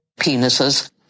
Penises